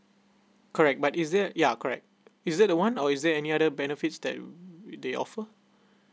correct but is there yeah correct is that a one or is there any other benefits that they offer